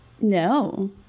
No